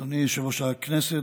אדוני יושב-ראש הכנסת,